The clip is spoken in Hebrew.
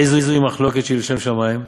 איזוהי מחלוקת שהיא לשם שמים?